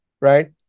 right